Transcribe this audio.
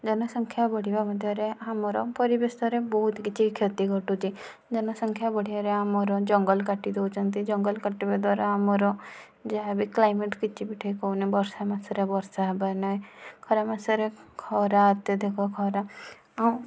ଜନ ସଂଖ୍ୟା ବଢ଼ିବା ମଧ୍ୟରେ ଆମର ପରିବେଶରେ ବହୁତ କିଛି କ୍ଷତି ଘଟୁଛି ଜନସଂଖ୍ୟା ବଢ଼ିବାରେ ଆମର ଜଙ୍ଗଲ କାଟିଦେଉଛନ୍ତି ଜଙ୍ଗଲ କଟିବା ଦ୍ୱାରା ଆମର ଯାହା ବି କ୍ଳାଇମେଟ କିଛି ବି ଠିକ ହେଉନି ବର୍ଷା ମାସରେ ବର୍ଷା ହେବାର ନାହିଁ ଖରା ମାସରେ ଖରା ଅତ୍ୟଧିକ ଖରା ଆଉ